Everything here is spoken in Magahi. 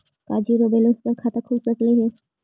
का जिरो बैलेंस पर खाता खुल सकले हे?